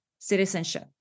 citizenship